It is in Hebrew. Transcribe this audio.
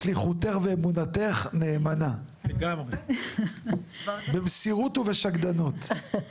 שליחותך ועבודתך נאמנה במסירות ובשקדנות.